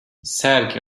sergi